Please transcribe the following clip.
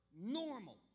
normal